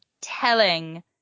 telling